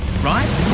right